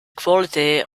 quality